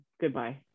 Goodbye